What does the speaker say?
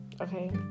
okay